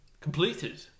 Completed